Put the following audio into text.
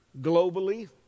globally